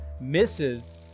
misses